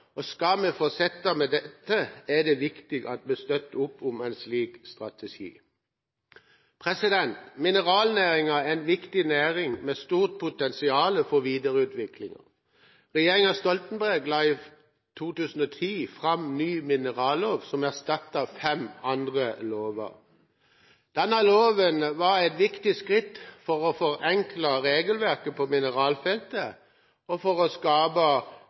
dag. Skal vi fortsette med dette, er det viktig at vi støtter opp om en slik strategi. Mineralnæringen er en viktig næring med stort potensial for videreutvikling. Regjeringen Stoltenberg la i 2010 fram ny minerallov som erstattet fem andre lover. Denne loven var et viktig skritt for å forenkle regelverket på mineralfeltet og for å skape